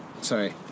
Sorry